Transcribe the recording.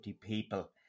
people